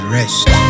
rest